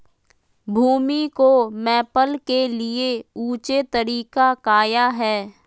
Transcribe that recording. भूमि को मैपल के लिए ऊंचे तरीका काया है?